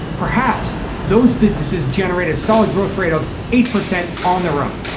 perhaps those businesses generate a solid growth rate of eight percent on their own.